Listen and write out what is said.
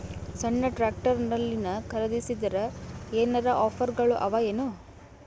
ಸಣ್ಣ ಟ್ರ್ಯಾಕ್ಟರ್ನಲ್ಲಿನ ಖರದಿಸಿದರ ಏನರ ಆಫರ್ ಗಳು ಅವಾಯೇನು?